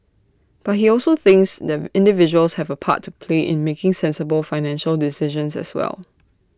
but he also thinks that individuals have A part to play in making sensible financial decisions as well